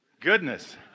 Goodness